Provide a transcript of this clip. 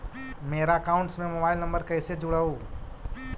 मेरा अकाउंटस में mobile number कैसे जुड़उ?